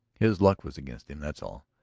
his luck was against him, that's all,